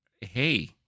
Hey